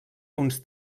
uns